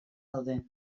daude